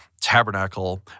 tabernacle